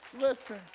listen